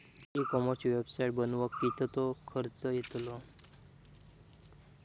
E कॉमर्सची website बनवक किततो खर्च येतलो?